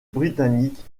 britannique